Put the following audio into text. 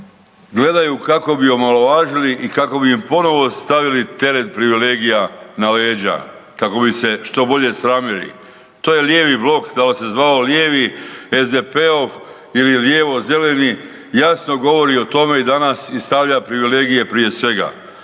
gledaju kako bi omalovažili i kako bi im ponovo stavili teret privilegija na leđa kako bi se što bolje sramili. To je lijevi blok, da li se zvao lijevi SDP-ov ili lijevo-zeleni jasno govori o tome i danas i stavlja privilegije prije svega